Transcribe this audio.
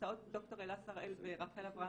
נמצאות ד"ר אלה שראל ורחל אברהם